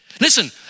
Listen